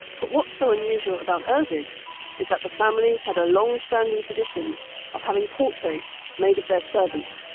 but what's so unusual about erddig is that the family had a long-standing tradition of having portraits made of their servants.